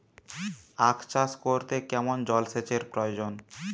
আখ চাষ করতে কেমন জলসেচের প্রয়োজন?